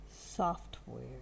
Software